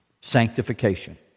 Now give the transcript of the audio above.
Sanctification